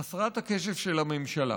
חסרת הקשב של הממשלה,